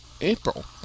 april